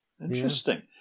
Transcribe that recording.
Interesting